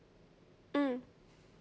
mm